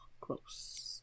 Gross